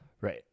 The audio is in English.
Right